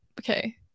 okay